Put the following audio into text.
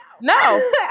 No